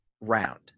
round